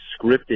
scripted